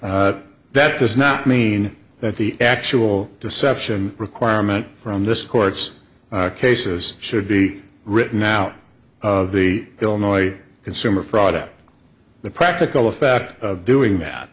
case that does not mean that the actual deception requirement from this court's cases should be written out of the illinois consumer product the practical effect of doing that